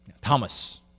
Thomas